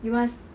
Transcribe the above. you must